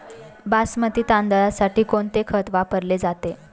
बासमती तांदळासाठी कोणते खत वापरले जाते?